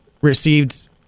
received